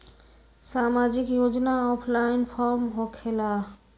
समाजिक योजना offline form होकेला?